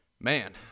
man